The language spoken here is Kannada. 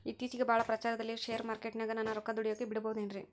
ಇತ್ತೇಚಿಗೆ ಬಹಳ ಪ್ರಚಾರದಲ್ಲಿರೋ ಶೇರ್ ಮಾರ್ಕೇಟಿನಾಗ ನನ್ನ ರೊಕ್ಕ ದುಡಿಯೋಕೆ ಬಿಡುಬಹುದೇನ್ರಿ?